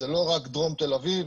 זה לא רק דרום תל אביב,